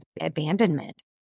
abandonment